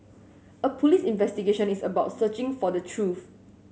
a police investigation is about searching for the truth